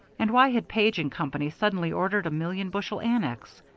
and why had page and company suddenly ordered a million bushel annex?